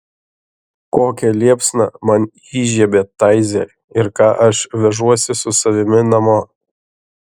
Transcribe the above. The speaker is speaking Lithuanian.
kokią liepsną man įžiebė taize ir ką aš vežuosi su savimi namo